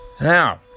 Now